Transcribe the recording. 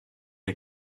est